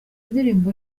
indirimbo